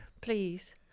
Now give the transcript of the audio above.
please